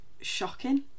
shocking